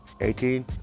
18